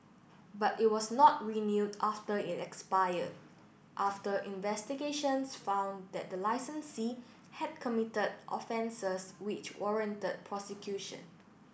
but it was not renewed after it expired after investigations found that the licensee had committed offences which warranted prosecution